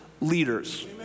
leaders